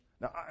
Now